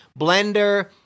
blender